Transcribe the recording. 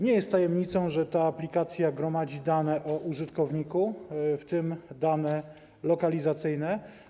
Nie jest tajemnicą, że ta aplikacja gromadzi dane o użytkowniku, w tym dane lokalizacyjne.